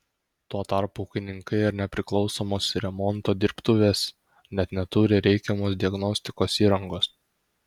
tuo tarpu ūkininkai ar nepriklausomos remonto dirbtuvės net neturi reikiamos diagnostikos įrangos